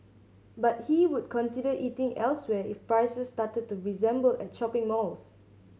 but he would consider eating elsewhere if prices started to resemble at shopping malls